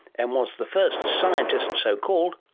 and was the first scientist, so called,